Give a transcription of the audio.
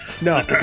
No